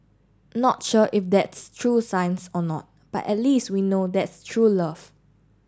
not sure if that's true science or not but at least we know that's true love